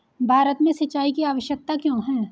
भारत में सिंचाई की आवश्यकता क्यों है?